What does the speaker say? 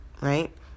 right